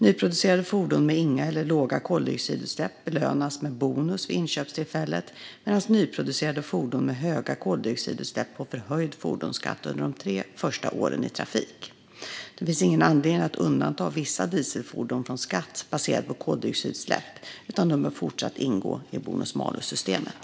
Nyproducerade fordon med inga eller låga koldioxidutsläpp belönas med bonus vid inköpstillfället medan nyproducerade fordon med höga koldioxidutsläpp får förhöjd fordonsskatt under de första tre åren i trafik. Det finns ingen anledning att undanta vissa dieselfordon från skatt baserad på koldioxidutsläpp, utan de bör fortsatt ingå i bonus-malus-systemet.